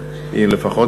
לפחות,